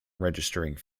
registering